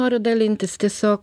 noriu dalintis tiesiog